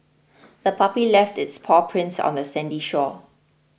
the puppy left its paw prints on the sandy shore